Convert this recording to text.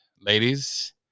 Ladies